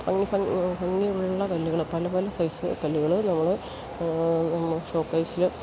ഭംഗിയുള്ള കല്ലുകൾ പല പല സൈസ് കല്ലുകൾ നമ്മൾ ഷോക്കേസില്